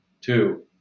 Two